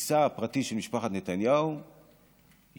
לכיסה הפרטי של משפחת נתניהו יימשך.